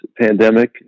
pandemic